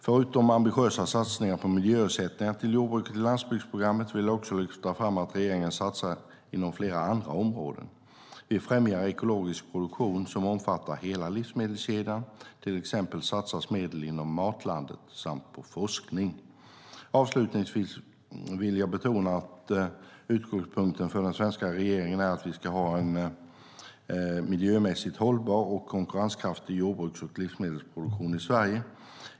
Förutom ambitiösa satsningar på miljöersättningar till jordbruket i landsbygdsprogrammet vill jag lyfta fram att regeringen satsar inom flera andra områden. Vi främjar ekologisk produktion som omfattar hela livsmedelskedjan. Till exempel satsas medel inom Matlandet samt på forskning. Avslutningsvis vill jag betona att utgångspunkten för den svenska regeringen är att vi ska ha en miljömässigt hållbar och konkurrenskraftig jordbruks och livsmedelsproduktion i Sverige.